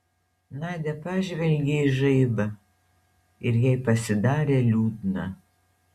nadia pažvelgė į žaibą ir jai pasidarė liūdna